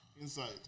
inside